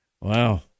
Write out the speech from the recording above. Wow